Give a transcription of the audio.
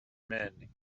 men